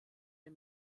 der